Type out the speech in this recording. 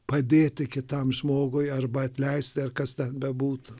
padėti kitam žmogui arba atleisti ar kas ten bebūtų